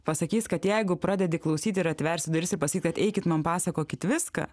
pasakys kad jeigu pradedi klausyti ir atversi duris į pasakyt ateikit man pasakokit viską